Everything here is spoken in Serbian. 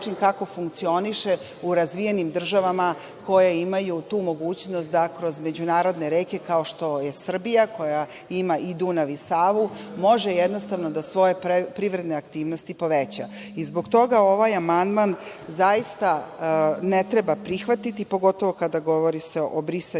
kako funkcioniše u razvijenim državama koje imaju tu mogućnost da kroz međunarodne reke, kao što je Srbija, koja ima i Dunav i Savu, može jednostavno da svoje privredne aktivnosti poveća. Zbog toga ovaj amandman zaista ne treba prihvatiti, pogotovo kada se govori o brisanju